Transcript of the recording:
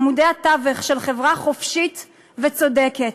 כעמודי התווך של חברה חופשית וצודקת: